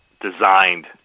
designed